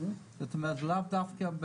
זאת אומרת לאו דווקא,